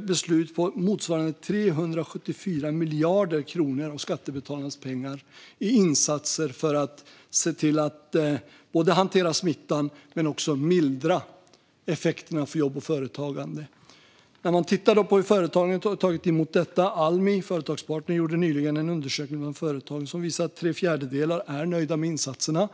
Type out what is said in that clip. beslut om motsvarande 374 miljarder kronor av skattebetalarnas pengar i insatser för att både hantera smittan och mildra effekterna på jobb och företagande. Man kan titta på hur företagarna har tagit emot detta. Almi Företagspartner gjorde nyligen en undersökning bland företag som visar att tre fjärdedelar är nöjda med insatserna.